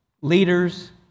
leaders